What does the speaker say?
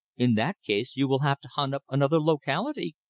in that case, you will have to hunt up another locality,